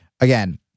again